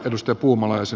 herra puhemies